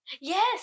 Yes